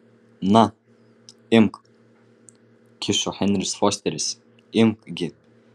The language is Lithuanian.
na imk kišo henris fosteris imk gi